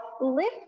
lift